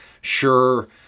Sure